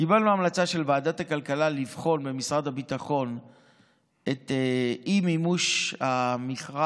קיבלנו המלצה של ועדת הכלכלה לבחון במשרד הביטחון את אי-מימוש המכרז